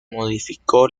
modificó